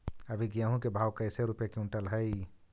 अभी गेहूं के भाव कैसे रूपये क्विंटल हई?